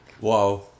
Wow